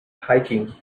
hiking